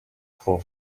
for